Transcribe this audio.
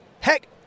Heck